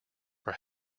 are